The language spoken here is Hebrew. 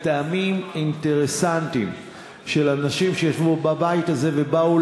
מטעמים אינטרסנטיים של אנשים שישבו בבית הזה ובאו